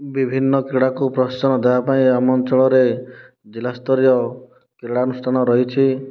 ବିଭିନ୍ନ କ୍ରୀଡ଼ାକୁ ପ୍ରୋତ୍ସାହନ ଦେବା ପାଇଁ ଆମ ଜିଲ୍ଲା ସ୍ତରୀୟ କ୍ରୀଡ଼ା ଅନୁଷ୍ଠାନ ରହିଛି